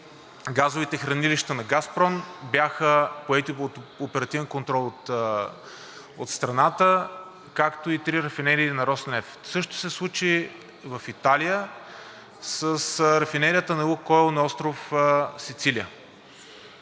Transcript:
газовите хранилища на „Газпром“ бяха поети на оперативен контрол от страната, както и три рафинерии на „Роснефт“, същото се случи в Италия с рафинерията на „Лукойл“ на остров Сицилия.